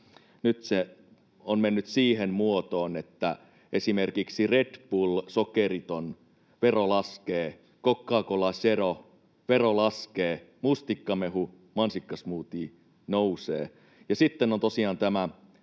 nyt se on mennyt siihen muotoon, että esimerkiksi Red Bull, sokeriton: vero laskee; Coca-Cola Zero: vero laskee; mustikkamehu, mansikkasmoothie: nousee. Ja sitten on tosiaan tämä